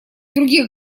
других